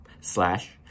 slash